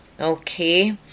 Okay